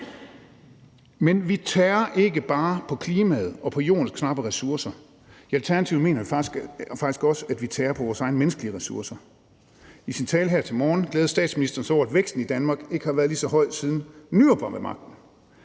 Men vi tærer ikke bare på klimaet og på jordens knappe ressourcer; i Alternativet mener vi faktisk også, at vi tærer på vores egne menneskelige ressourcer. I sin tale her til morgen glædede statsministeren sig over, at væksten i Danmark ikke har været så høj, som den er i dag,